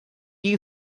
you